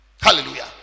Hallelujah